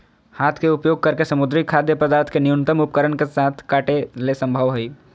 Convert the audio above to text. हाथ के उपयोग करके समुद्री खाद्य पदार्थ के न्यूनतम उपकरण के साथ काटे ले संभव हइ